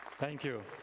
thank you.